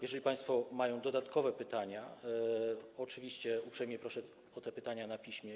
Jeżeli państwo mają dodatkowe pytania, oczywiście uprzejmie proszę o te pytania na piśmie.